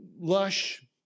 lush